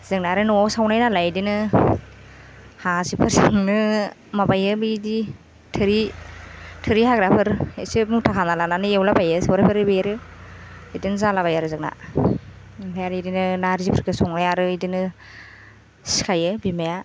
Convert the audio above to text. जोंना आरो न'आव सावनाय नालाय बिदिनो हासिब फोरजोंनो माबायो बिदि थोरि थोरि हाग्राफोर एसे मुथा हाना लानानै एवलाबायो सौरायफोर बेरो बिदिनो जाला बाययो आरो जोंना आमफाय आरो बिदिनो नारजिफोरखौ संनाय आरो बिदिनो सिखायो बिमाया